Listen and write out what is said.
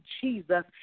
Jesus